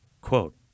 quote